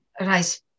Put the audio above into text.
rice